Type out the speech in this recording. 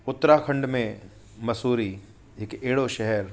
उत्तराखंड में मसूरी हिकु अहिड़ो शहरु